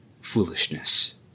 Foolishness